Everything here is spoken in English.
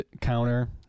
counter